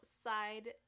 side